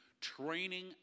training